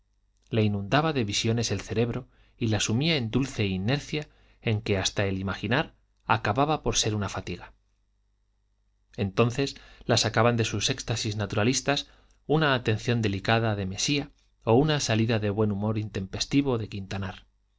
le inundaba de visiones el cerebro y la sumía en dulce inercia en que hasta el imaginar acababa por ser una fatiga entonces la sacaban de sus éxtasis naturalistas una atención delicada de mesía o una salida de buen humor intempestivo de quintanar